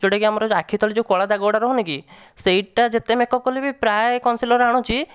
ଯେଉଁଟାକି ଆମର ଆଖି ତଳେ ଯେଉଁ କଳା ଦାଗ ଗୁଡ଼ା ରହୁନିକି ସେହିଟା ଯେତେ ମେକ୍ଅପ୍ କଲେବି ପ୍ରାୟ କନସିଲର୍ ଆଣୁଛି